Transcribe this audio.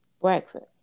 breakfast